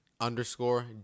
Underscore